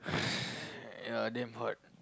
ya damn hard